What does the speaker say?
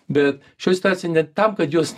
bet šioj situacijoj ne tam kad juos